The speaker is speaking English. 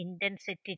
intensity